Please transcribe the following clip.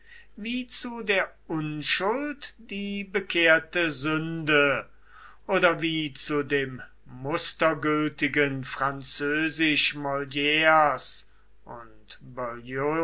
wie zu der unschuld die bekehrte sünde oder wie zu dem mustergültigen französisch molires und